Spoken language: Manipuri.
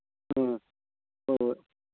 ꯑ ꯍꯣꯏ ꯍꯣꯏ